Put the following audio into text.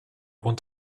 want